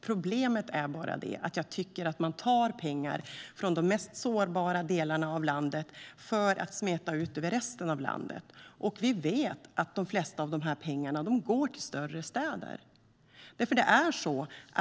Problemet är bara att man tar pengar från de mest sårbara delarna av landet för att smeta ut dem över resten av landet. Och vi vet att det mesta av de här pengarna går till större städer.